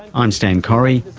i'm stan correy.